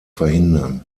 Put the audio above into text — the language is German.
verhindern